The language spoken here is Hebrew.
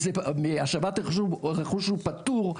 והשבת רכוש הוא פטור,